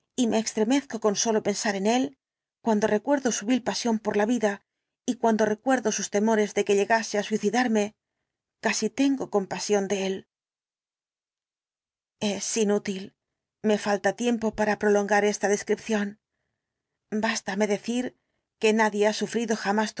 y me extremezco con sólo pensar en él cuando recuerdo su vil pasión por la vida y cuando recuerdo sus temores de que llegase á suicidarme casi tengo compasión de él es inútil y me falta tiempo para prolongar esta descripción bástame decir que nadie ha sufrido jamás